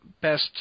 best